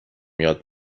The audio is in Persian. یاد